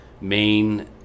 main